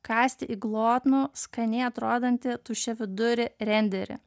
kasti į glotnų skaniai atrodantį tuščiavidurį renderį